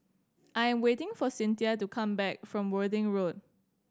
I am waiting for Cynthia to come back from Worthing Road